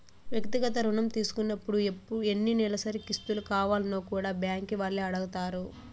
వ్యక్తిగత రుణం తీసుకున్నపుడు ఎన్ని నెలసరి కిస్తులు కావాల్నో కూడా బ్యాంకీ వాల్లే అడగతారు